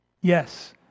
Yes